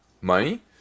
money